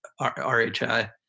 RHI